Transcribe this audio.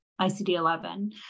ICD-11